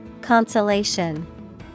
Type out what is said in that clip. Consolation